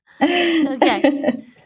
Okay